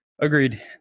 Agreed